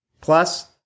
Plus